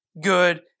good